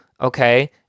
Okay